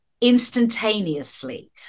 instantaneously